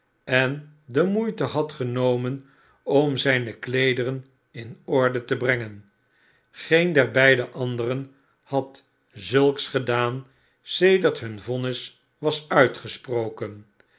en de moeite had genomen om zijne kleederen in orde te brengen geen der beide anderen had zulks gedaan sedert hun vonnis was uitgesproken